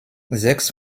sechs